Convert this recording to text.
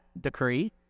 decree